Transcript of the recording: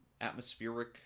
atmospheric